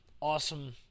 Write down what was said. awesome